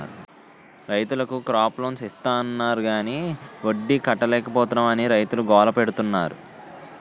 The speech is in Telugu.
రైతులకు క్రాప లోన్స్ ఇస్తాన్నారు గాని వడ్డీ కట్టలేపోతున్నాం అని రైతులు గోల పెడతన్నారు